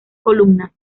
columnas